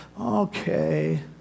okay